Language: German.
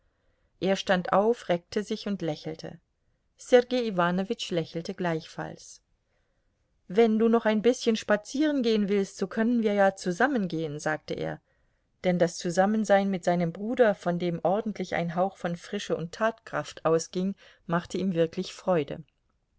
er stand auf reckte sich und lächelte sergei iwanowitsch lächelte gleichfalls wenn du noch ein bißchen spazierengehen willst so können wir ja zusammen gehn sagte er denn das zusammensein mit seinem bruder von dem ordentlich ein hauch von frische und tatkraft ausging machte ihm wirklich freude